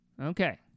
Okay